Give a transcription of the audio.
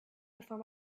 before